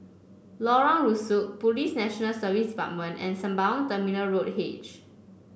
Lorong Rusuk Police National Service Department and Sembawang Terminal Road H